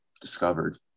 discovered